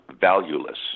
valueless